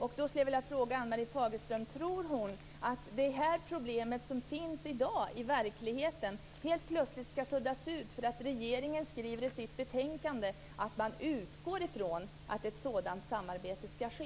Då skulle jag vilja fråga Ann-Marie Fagerström om hon tror att det problem som i dag finns i verkligheten helt plötsligt ska suddas ut därför att regeringen och utskottsmajoriteten skriver att de utgår från att ett sådant samarbete ska ske.